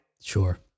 Sure